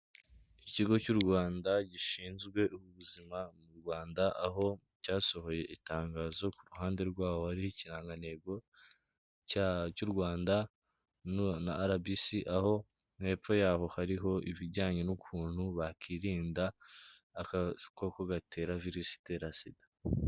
Ikigo cy'u Rwanda gishinzwe ubuzima mu Rwanda aho cyasohoye itangazo, ku ruhande rwaho hari ikirangantego cy'u Rwanda na arabisi, aho hepfo yaho hariho ibijyanye n'ukuntu bakirinda agakoko gatera virusi itera sida.